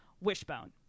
Wishbone